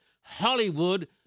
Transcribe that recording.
Hollywood